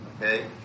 Okay